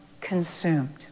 consumed